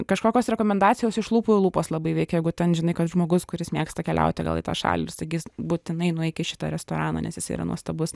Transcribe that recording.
kažkokios rekomendacijos iš lūpų į lūpas labai veikia jeigu ten žinai kad žmogus kuris mėgsta keliauti gal į tą šalį ir sakys būtinai nueik į šitą restoraną nes jisai yra nuostabus